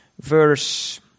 verse